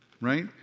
right